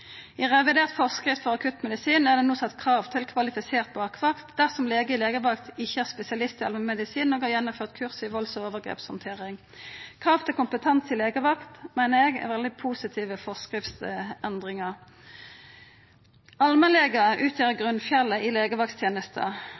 I revidert forskrift for akuttmedisin er det no sett krav til kvalifisert bakvakt dersom lege i legevakt ikkje er spesialist i allmennmedisin og har gjennomført kurs i valds- og overgrepshandtering. Krav til kompetanse i legevaktene meiner eg er veldig positive forskriftsendringar. Allmennlegar utgjer grunnfjellet i